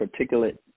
particulate